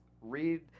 read